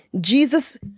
Jesus